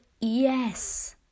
yes